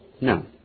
No